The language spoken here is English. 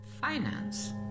Finance